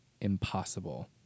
impossible